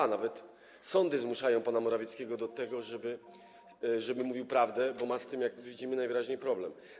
Ba, nawet sądy zmuszają pana Morawieckiego do tego, żeby mówił prawdę, bo ma z tym, jak widzimy, najwyraźniej problem.